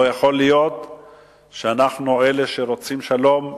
לא יכול להיות שאנחנו אלה שרוצים שלום,